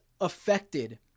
affected